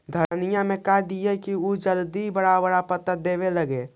धनिया में का दियै कि उ जल्दी बड़ा बड़ा पता देवे लगै?